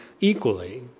equally